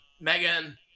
Megan